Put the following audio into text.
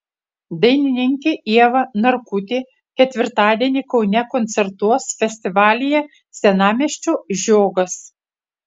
dainininkė ieva narkutė ketvirtadienį kaune koncertuos festivalyje senamiesčio žiogas